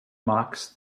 mocks